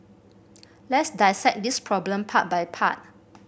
let's dissect this problem part by part